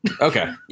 Okay